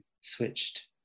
switched